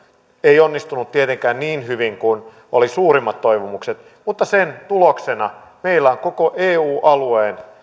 ei onnistunut tietenkään niin hyvin kuin oli suurimmat toivomukset mutta sen tuloksena meillä on koko eu alueen